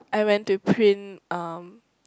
I went to print um